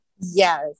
Yes